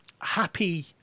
happy